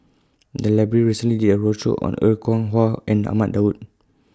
The Library recently did A roadshow on Er Kwong Wah and Ahmad Daud